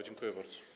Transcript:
Dziękuję bardzo.